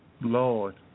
Lord